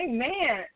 Amen